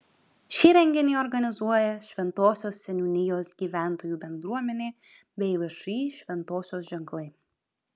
šį renginį organizuoja šventosios seniūnijos gyventojų bendruomenė bei všį šventosios ženklai